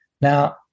Now